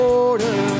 order